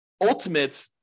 ultimate